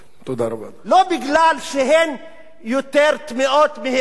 לא מפני שהן יותר טמאות מזה.